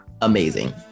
amazing